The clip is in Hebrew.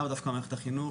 לאו דווקא מערכת החינוך,